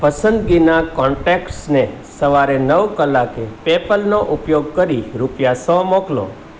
પસંદગીના કોન્ટેક્ટસને સવારે નવ કલાકે પેપલનો ઉપયોગ કરી રૂપિયા સો મોકલો